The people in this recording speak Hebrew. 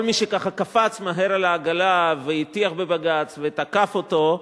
כל מי שככה קפץ מהר על העגלה והטיח בבג"ץ ותקף אותו,